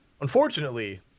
Unfortunately